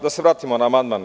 Da se vratimo na amandman.